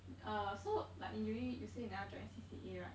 uh so like in uni you say you never join C_C_A right